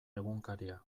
egunkaria